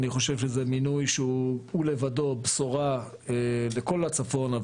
אני חושב שזה מינוי שהוא לבדו בשורה בכל הצפון,